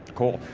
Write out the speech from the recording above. cool,